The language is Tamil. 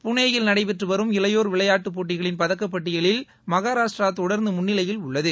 புனேயில் நடைபெற்று வரும் இளையோா் விளையாட்டுப் போட்டிகளில் பதக்கப் பட்டியலில் மகாராஷ்டிரா தொடர்ந்து முன்னிலையில் உள்ளது